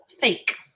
fake